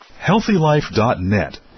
HealthyLife.net